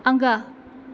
अङ्गा